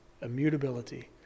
Immutability